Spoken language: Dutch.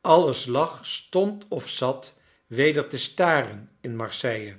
alles lag stond of zat weder te staren in marseille